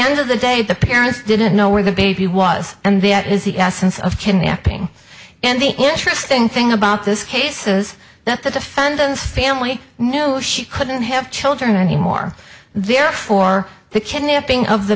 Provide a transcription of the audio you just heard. end of the day the parents didn't know where the baby was and that is the essence of kidnapping and the interesting thing about this case is that the defendant's family know she couldn't have children anymore therefore the